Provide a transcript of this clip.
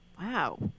Wow